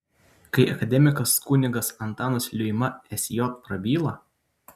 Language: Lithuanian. kai akademikas kunigas antanas liuima sj prabyla